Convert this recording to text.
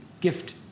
gift